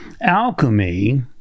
Alchemy